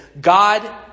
God